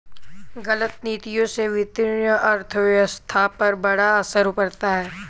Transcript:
गलत नीतियों से वित्तीय अर्थव्यवस्था पर बड़ा असर पड़ता है